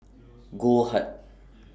Goldheart